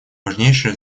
важнейшее